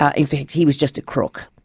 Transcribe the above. ah in fact, he was just a crook.